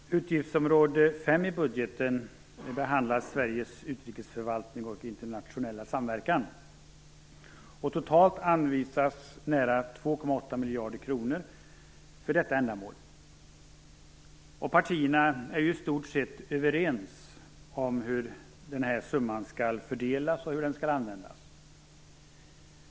Herr talman! Utgiftsområde 5 i budgeten behandlar Sveriges utrikesförvaltning och internationella samverkan. Totalt anvisas nära 2,8 miljarder kronor för detta ändamål. Partierna är i stort sett överens om hur denna summa skall fördelas och användas.